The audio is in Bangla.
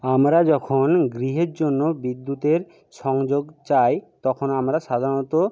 আমরা যখন গৃহের জন্য বিদ্যুতের সংযোগ চাই তখন আমরা সাধারণত